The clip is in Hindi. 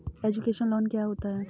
एजुकेशन लोन क्या होता है?